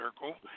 circle